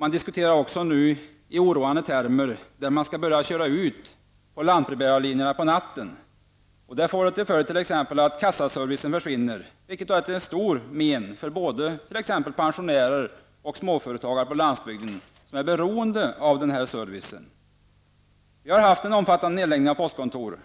Man diskuterar nu också i oroande termer att börja köra lantbrevbärarlinjerna på natten. Detta får då till följd att kassaservicen försvinner, vilket är till stort men för t.ex. pensionärer och småföretagare på landsbygden som är beroende av den servicen. Det har skett en omfattande nedläggning av postkontor.